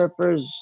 surfers